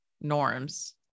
norms